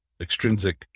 extrinsic